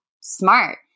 smart